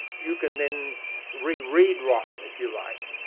you can then re-read ryle, if you like,